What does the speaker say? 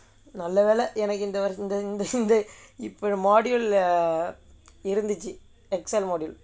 நல்ல வேளை எனக்கு இந்த இந்த இந்த:nalla vellai enakku intha intha intha module leh இருந்துச்சு:irunthuchu Excel module